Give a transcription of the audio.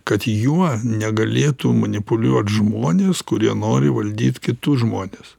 kad juo negalėtų manipuliuot žmonės kurie nori valdyt kitus žmones